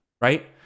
Right